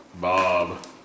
Bob